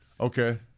Okay